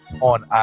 on